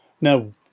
Now